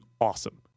awesome